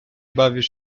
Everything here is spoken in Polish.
bawisz